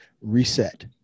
reset